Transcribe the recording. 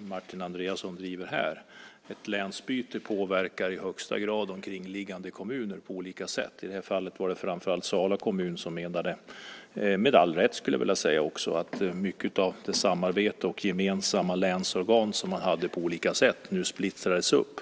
Martin Andreasson här driver. Ett länsbyte påverkar i högsta grad omkringliggande kommuner på olika sätt. I det här fallet var det framför allt Sala kommun som - med all rätt, skulle jag vilja säga - menade att mycket av det samarbete och de gemensamma länsorgan som man på olika sätt hade nu splittrades upp.